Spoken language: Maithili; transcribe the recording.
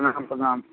प्रणाम प्रणाम